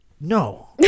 No